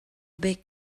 big